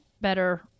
better